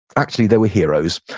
actually, they were heroes.